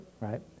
right